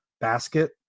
basket